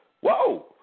whoa